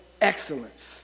excellence